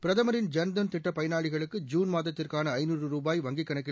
பிரதமரின் ஜன் தன் திட்டப் பயணாளிகளுக்கு ஜூன் மாதத்திற்கான ஐநாறு ரூபாய் வங்கிக் கணக்கில்